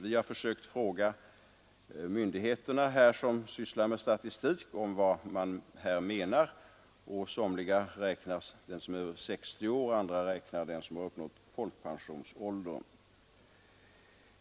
Vi har försökt fråga myndigheter som sysslar med statistik om vad man här menar. Somliga räknar dem som är över 60 år och andra dem som uppnått folkpensionsåldern.